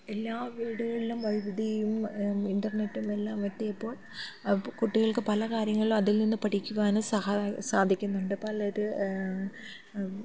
എല്ലാ വീടുകളിലും വൈദ്യുതിയും ഇൻ്റർനെറ്റും എല്ലാം എത്തിയപ്പോൾ കുട്ടികൾക്ക് പല കാര്യങ്ങളും അതിൽ നിന്ന് പഠിക്കുവാനും സാധിക്കുന്നുണ്ട് പലരും